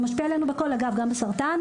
זה משפיע עלינו בכל, אגב, גם בסרטן.